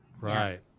Right